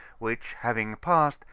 which having passed,